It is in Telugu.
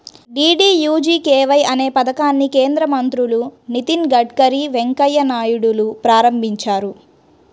డీడీయూజీకేవై అనే పథకాన్ని కేంద్ర మంత్రులు నితిన్ గడ్కరీ, వెంకయ్య నాయుడులు ప్రారంభించారు